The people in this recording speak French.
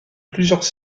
plusieurs